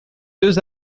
deux